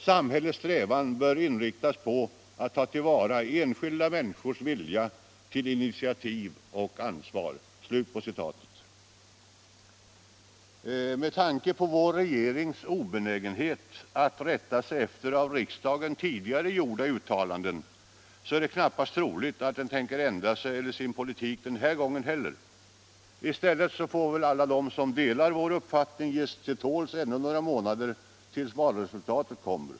Samhällets strävan bör inriktas på att ta till vara enskilda människors vilja till initiativ och ansvar.” Med tanke på vår regerings obenägenhet att rätta sig efter av riksdagen tidigare gjorda uttalanden är det knappast troligt att den tänker ändra sig eller sin politik den här gången heller. I stället får väl alla de som delar vår uppfattning ge sig till tåls ännu några månader tills valresultatet är klart.